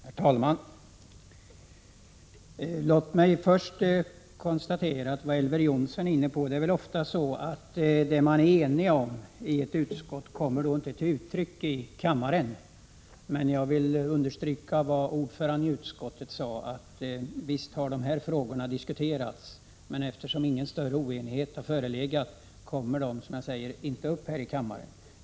Herr talman! Låt mig först beträffande vad Elver Jonsson var inne på konstatera att det väl ofta är så att vad man är enig om i utskottet inte kommer till uttryck i kammaren. Jag vill också understryka vad ordföranden i utskottet sade, att vi visst har diskuterat de här frågorna. Men eftersom ingen större oenighet förelegat kommer de, som jag sade, inte upp här i kammaren.